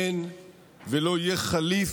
אין ולא יהיה חליף,